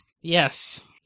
Yes